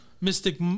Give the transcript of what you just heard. Mystic